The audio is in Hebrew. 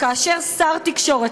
כאשר שר תקשורת,